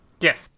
Yes